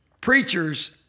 preachers